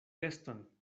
geston